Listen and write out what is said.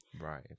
right